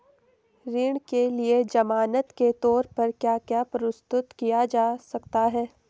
ऋण के लिए ज़मानात के तोर पर क्या क्या प्रस्तुत किया जा सकता है?